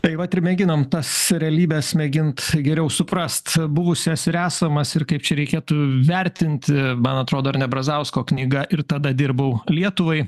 tai vat ir mėginam tas realybes mėgint geriau suprast buvusias ir esamas ir kaip čia reikėtų vertinti man atrodo ar ne brazausko knyga ir tada dirbau lietuvai